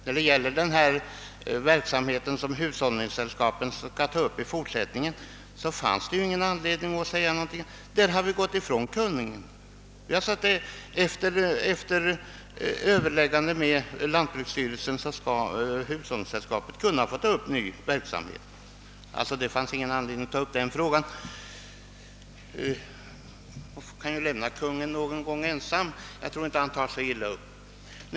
När det gäller den verksamhet som hushållningssällskapen skall ta upp framdeles finns det ju ingen anledning att säga någonting eftersom vi frångått Kungl. Maj:ts förslag. Efter överläggning med lantbruksstyrelsen skall hushållningssällskapet kunna ta upp ny verksamhet, och det finns således ingen mening att ta upp denna fråga, men det går ju att enskilt fråga jordbruksministern, jag tror inte att han tar illa upp.